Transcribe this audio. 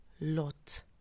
lot